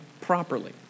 properly